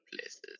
places